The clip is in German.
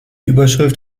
überschrift